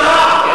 שזה לא לגיטימי?